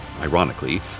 ironically